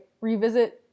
revisit